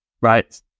right